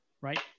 Right